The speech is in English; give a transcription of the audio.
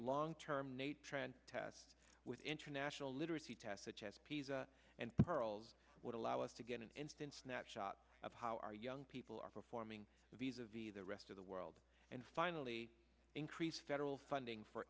long term nay trend tests with international literacy test such as pisa and pearls would allow us to get an instant snapshot of how our young people are performing visa v the rest of the world and finally increase federal funding for